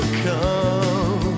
come